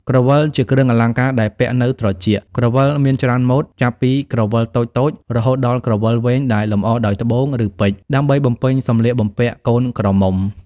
ក្រវិល ជាគ្រឿងអលង្ការដែលពាក់នៅត្រចៀក។ ក្រវិលមានច្រើនម៉ូត ចាប់ពីក្រវិលតូចៗ រហូតដល់ក្រវិលវែងដែលលម្អដោយត្បូង ឬពេជ្រ ដើម្បីបំពេញសម្លៀកបំពាក់កូនក្រមុំ។